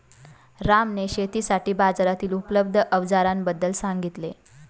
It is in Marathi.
रामने शेतीसाठी बाजारातील उपलब्ध अवजारांबद्दल सांगितले